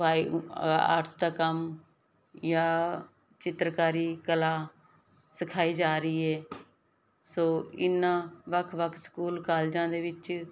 fine arts ਦਾ ਕੰਮ ਜਾਂ ਚਿੱਤਰਕਾਰੀ ਕਲਾ ਸਿਖਾਈ ਜਾ ਰਹੀ ਹੈ ਸੋ ਇਨਾਂ ਵੱਖ ਵੱਖ ਸਕੂਲ ਕਾਲਜਾਂ ਦੇ ਵਿੱਚ